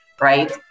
right